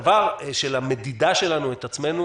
הדבר של המדידה שלנו את עצמנו